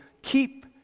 keep